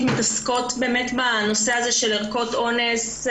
מתעסקות באמת בנושא הזה של ערכות אונס,